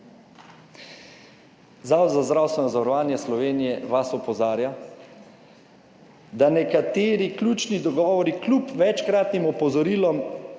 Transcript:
Zavod za zdravstveno zavarovanje Slovenije vas opozarja, da nekateri ključni dogovori kljub večkratnim opozorilom